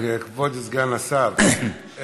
כבוד סגן השר,